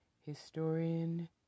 Historian